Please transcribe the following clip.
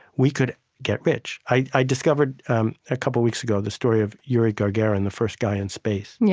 we could get rich. i discovered a couple weeks ago the story of yuri gagarin, the first guy in space. yeah